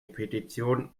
petition